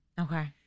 Okay